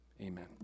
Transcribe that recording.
Amen